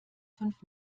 fünf